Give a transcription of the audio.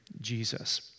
Jesus